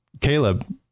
Caleb